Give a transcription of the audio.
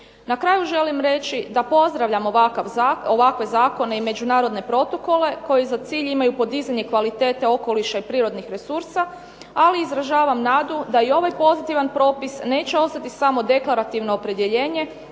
Na kraju želim reći da pozdravljam ovakve zakone i međunarodne protokole koji za cilj imaju podizanje kvalitete okoliša i prirodnih resursa, ali izražavam nadu da i ovaj pozitivan propis neće ostati samo deklarativno opredjeljenje,